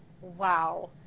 wow